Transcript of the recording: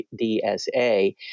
dsa